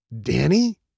Danny